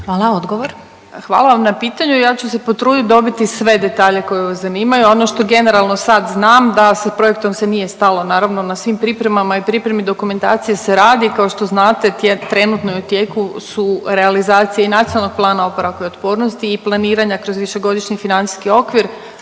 Spomenka** Hvala vam na pitanju, ja ću se potruditi dobiti sve detalje koji vas zanimaju. Ono što generalno sad znam da sa projektom se nije stalo naravno na svim pripremama i pripremi dokumentacije se radi. Kao što znate trenutno je u tijeku su realizacije i Nacionalnog plana oporavka i otpornosti i planiranja kroz višegodišnji financijski okvir.